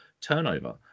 turnover